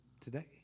today